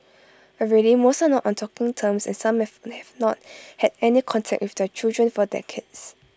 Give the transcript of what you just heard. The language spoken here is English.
already most are not on talking terms and some have have not had any contact with their children for decades